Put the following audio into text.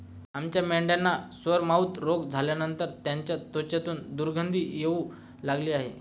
आमच्या मेंढ्यांना सोरमाउथ रोग झाल्यानंतर त्यांच्या त्वचेतून दुर्गंधी येऊ लागली आहे